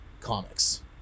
comics